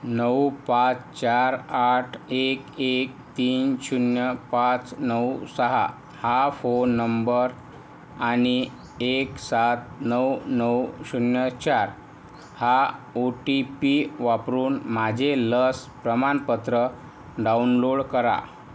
नऊ पाच चार आठ एक एक तीन शून्य पाच नऊ सहा हा फोन नंबर आणि एक सात नऊ नऊ शून्य चार हा ओ टी पी वापरून माझे लस प्रमाणपत्र डाउनलोड करा